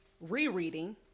rereading